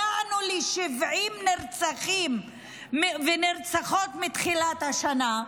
הגענו ל-70 נרצחים ונרצחות מתחילת השנה,